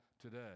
today